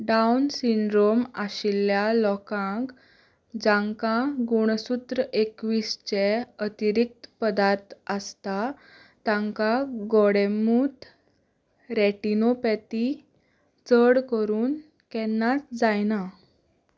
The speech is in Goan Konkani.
डावन सिंड्रोम आशिल्ल्या लोकांक जांकां गुणसुत्र एकवीसचे अतिरिक्त पदार्थ आसता तांकां गोडेंमूत रेटिनोपॅथी चड करून केन्नाच जायना